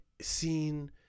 seen